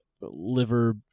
liver